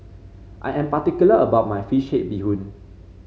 I am particular about my fish head Bee Hoon